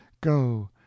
Go